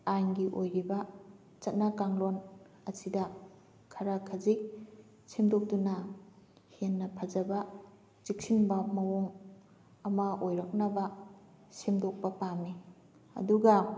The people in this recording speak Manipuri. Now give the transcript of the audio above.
ꯑꯥꯏꯟꯒꯤ ꯑꯣꯏꯔꯤꯕ ꯆꯠꯅ ꯀꯥꯡꯂꯣꯟ ꯑꯁꯤꯗ ꯈꯔ ꯈꯖꯤꯛ ꯁꯦꯝꯗꯣꯛꯇꯨꯅ ꯍꯦꯟꯅ ꯐꯖꯕ ꯆꯦꯛꯁꯤꯟꯕ ꯃꯑꯣꯡ ꯑꯃ ꯑꯣꯏꯔꯛꯅꯕ ꯁꯦꯝꯗꯣꯛꯄ ꯄꯥꯝꯃꯤ ꯑꯗꯨꯒ